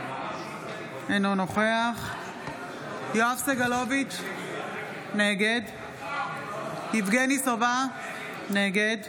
אינו נוכח יואב סגלוביץ' נגד יבגני סובה, נגד